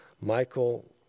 Michael